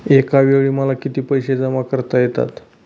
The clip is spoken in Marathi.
एकावेळी मला किती पैसे जमा करता येतात?